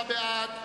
39 בעד,